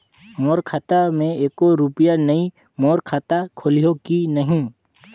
मोर खाता मे एको रुपिया नइ, मोर खाता खोलिहो की नहीं?